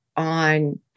on